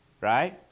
right